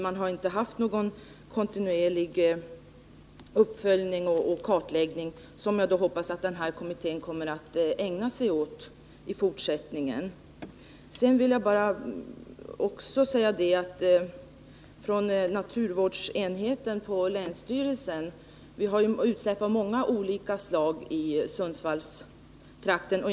Man har inte gjort någon kontinuerlig uppföljning och kartläggning, som jag hoppas att den här kommittén kommer att ägna sig åt i fortsättningen. Sedan vill jag också säga att vi har utsläpp av många olika slag i Sundsvallstrakten.